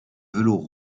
velours